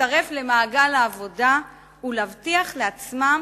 להצטרף למעגל העבודה ולהבטיח לעצמם